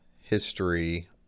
history